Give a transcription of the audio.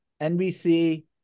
NBC